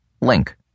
Link